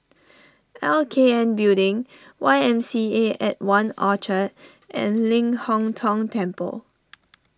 L K N Building Y M C A at one Orchard and Ling Hong Tong Temple